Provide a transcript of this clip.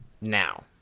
Now